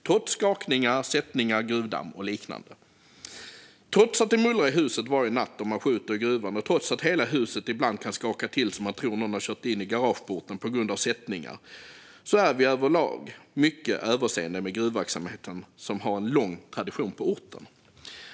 Trots skakningar, sättningar, gruvdamm och liknande, trots att det mullrar i huset varje natt då man skjuter i gruvan och trots att hela huset ibland kan skaka till så att man tror att någon har kört in i garageporten på grund av sättningar är vi överlag mycket överseende med gruvverksamheten, som har en lång tradition på orten.